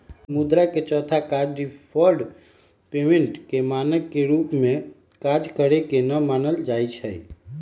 अब मुद्रा के चौथा काज डिफर्ड पेमेंट के मानक के रूप में काज करेके न मानल जाइ छइ